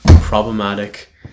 problematic